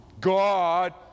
God